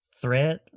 threat